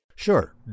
Sure